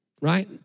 right